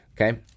Okay